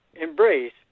embrace